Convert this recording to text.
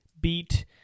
Beat